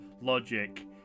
logic